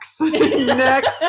Next